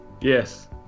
Yes